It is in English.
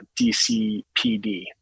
dcpd